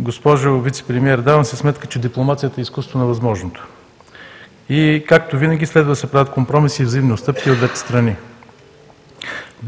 Госпожо Вицепремиер, давам си сметка, че дипломацията е изкуство на възможното и, както винаги, следва да се правят компромиси и взаимни отстъпки и от двете страни.